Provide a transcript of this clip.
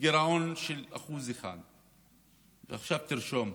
בגירעון של 1%. עכשיו תרשום: